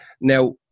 now